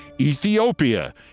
Ethiopia